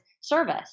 service